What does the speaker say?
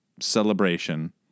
celebration